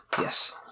yes